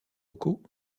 locaux